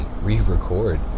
re-record